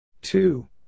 Two